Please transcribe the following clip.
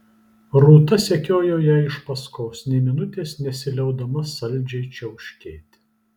rūta sekiojo jai iš paskos nė minutės nesiliaudama saldžiai čiauškėti